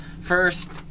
First